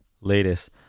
latest